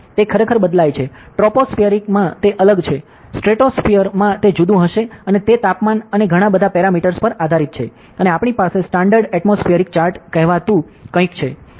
તે ખરેખર બદલાય છે ટ્રોપોસફિઅર માં તે અલગ છે સ્ટ્રેટોસફિઅર માં તે જુદું હશે અને તે તાપમાન અને ઘણા બધા પેરમીટરસ પર આધારિત છે અને આપણી પાસે સ્ટાન્ડર્ડ એટમોસ્ફિએરિક ચાર્ટ કહેવાતું કંઈક છે